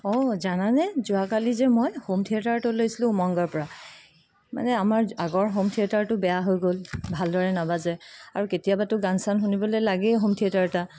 অ' জানানে যোৱাকালি যে মই হোম থিয়েটাৰটো লৈছিলোঁ উমংগৰ পৰা মানে আমাৰ আগৰ হোম থিয়েটাৰটো বেয়া হৈ গ'ল ভালদৰে নাবাজে আৰু কেতিয়াবাতো গান চান শুনিবলে লাগেই হোম থিয়েটাৰ এটা